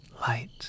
light